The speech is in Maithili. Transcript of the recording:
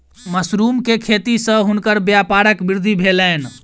मशरुम के खेती सॅ हुनकर व्यापारक वृद्धि भेलैन